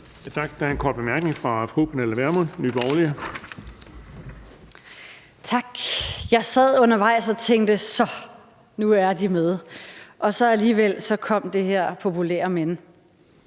Tak. Jeg sad undervejs og tænkte: Så, nu er de med. Og alligevel kom så det her populære »men«.